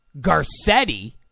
Garcetti